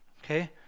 Okay